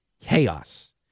chaos